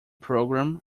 program